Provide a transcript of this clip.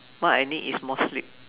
what I need is more sleep